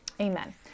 Amen